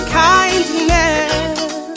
kindness